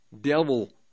devil